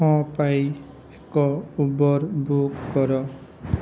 ମୋ ପାଇଁ ଏକ ଉବର୍ ବୁକ୍ କର